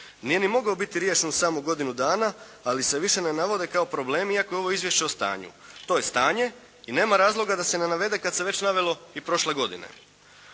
Nije ni mogao biti riješen u samo godinu dana, ali se više ne navode kao problemi iako je ovo izvješće o stanju, to je stanje i nema razloga da se ne navede kada se već navelo i prošle godine.